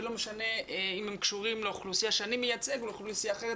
ולא משנה אם הם קשורים לאוכלוסייה שאני מייצג או לאוכלוסייה אחרת.